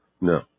No